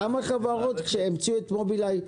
כאשר המציאו את מוביליי,